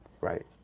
Right